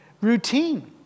routine